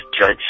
judge